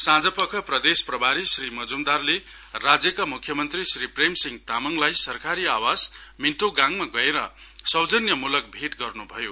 साँझपख प्रदेश प्रभारी श्री मजुमदारले राज्यका मुख्यमन्त्री श्री प्रेमसिंह तामाङलाई सरकारी आवास मिन्तोकगाङमा गएर सौजन्यमूलक भेट गर्नु भयो